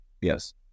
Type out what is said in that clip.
Yes